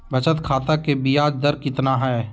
बचत खाता के बियाज दर कितना है?